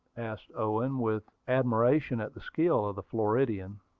asked owen, with admiration at the skill of the floridian.